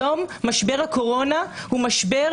היום משבר הקורונה 2021 הוא בשבר